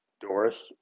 doris